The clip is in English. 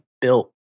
built